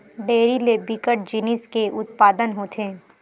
dairy ले बिकट जिनिस के उत्पादन होथे